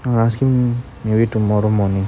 I ask him maybe tomorrow morning